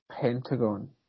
Pentagon